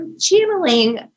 channeling